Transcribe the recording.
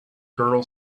girl